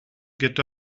get